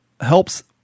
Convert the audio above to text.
helps